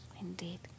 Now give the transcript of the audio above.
Indeed